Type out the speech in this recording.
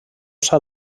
s’ha